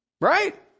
Right